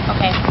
Okay